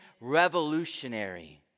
revolutionary